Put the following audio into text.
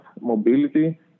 mobility